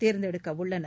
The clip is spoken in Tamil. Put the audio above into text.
தேர்ந்தெடுக்க உள்ளனர்